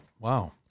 Wow